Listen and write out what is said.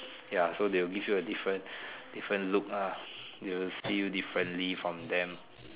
ya so they will give you a different different look ah they will see you differently from them